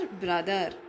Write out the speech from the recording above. brother